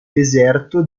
deserto